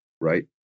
right